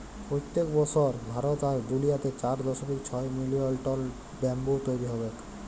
পইত্তেক বসর ভারত আর দুলিয়াতে চার দশমিক ছয় মিলিয়ল টল ব্যাম্বু তৈরি হবেক